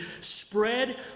spread